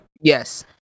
yes